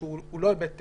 שהוא לא היבט טכני,